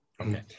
Okay